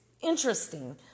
interesting